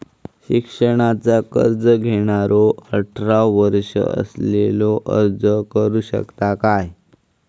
शिक्षणाचा कर्ज घेणारो अठरा वर्ष असलेलो अर्ज करू शकता काय?